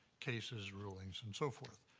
cases, rulings, and so forth.